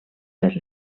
per